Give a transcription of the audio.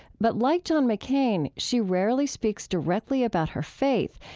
but like john mccain, she rarely speaks directly about her faith,